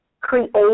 create